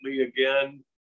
again